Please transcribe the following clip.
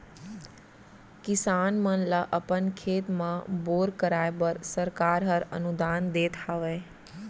किसान मन ल अपन खेत म बोर कराए बर सरकार हर अनुदान देत हावय